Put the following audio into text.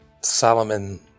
Solomon